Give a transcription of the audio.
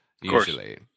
usually